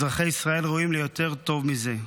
אזרחי ישראל ראויים ליותר טוב מזה.